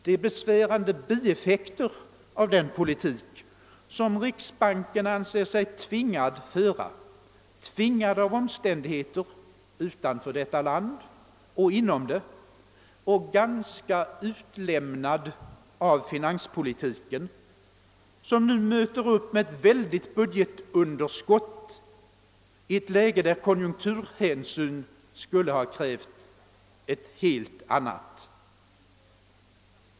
Det är besvärande bieffekter av den politik som riksbanken anser sig tvingad att följa, tvingad av omständigheter utanför detta land och inom landet och ganska utlämnad av finanspolitiken, som nu möter upp med ett mycket stort budgetunderskott i ett läge där konjunkturhänsyn hade krävt en helt annan balans.